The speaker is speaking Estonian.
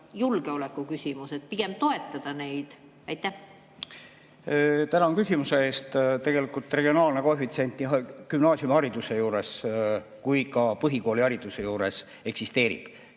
julgeolekuküsimus? Pigem toetada neid. Tänan küsimuse eest! Tegelikult regionaalne koefitsient nii gümnaasiumihariduse kui ka põhikoolihariduse juures eksisteerib,